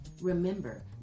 Remember